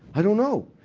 i don't know. oh,